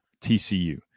tcu